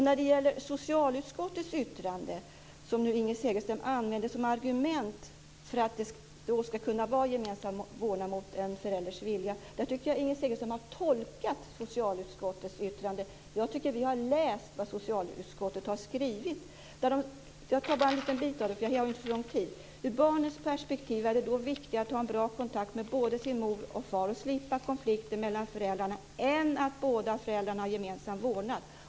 När det gäller socialutskottets yttrande, som Inger Segelström använder som argument för gemensam vårdnad mot en förälders vilja, tycker jag att Inger Segelström har tolkat yttrandet medan vi har läst vad socialutskottet har skrivit. Jag återger bara en liten bit, eftersom jag inte har så lång tid på mig: "Ur barnets perspektiv är det då viktigare att ha en bra kontakt med både sin mor och far och att slippa konflikter mellan föräldrarna än att föräldrarna har gemensam vårdnad."